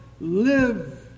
live